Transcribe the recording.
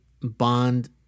Bond